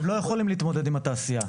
הם לא יכולים להתמודד עם התעשייה.